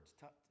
Talk